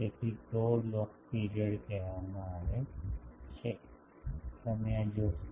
તેથી tau log period કહેવામાં આવે છે તમે આ જોશો